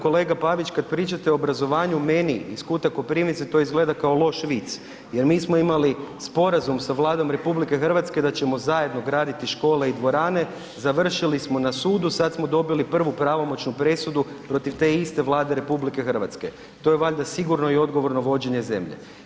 Kolega Pavić kada pričate o obrazovanju meni iz kuta Koprivnice to izgleda kao loš vic jer mi smo imali sporazum sa Vladom RH da ćemo zajedno graditi škole i dvorane, završili smo na sudu i sad smo dobili prvu pravomoćnu presudu protiv te iste Vlade RH, to je valja sigurno i odgovorno vođenje zemlje.